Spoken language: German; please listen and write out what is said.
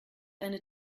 eine